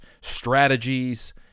strategies